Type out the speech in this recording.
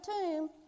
tomb